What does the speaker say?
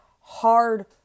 hard